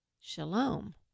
Shalom